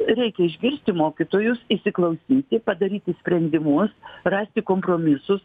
reikia išgirsti mokytojus įsiklausyti padaryti sprendimus rasti kompromisus